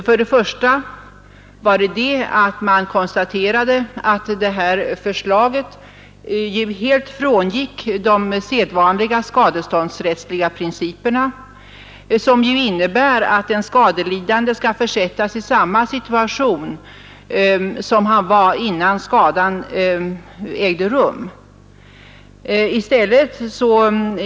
För det första konstaterade man att detta förslag helt frångick de sedvanliga skadeståndsrättsliga principerna, som innebär att den skadelidande skall försättas i samma situation som den han befann sig i innan skadan inträffade.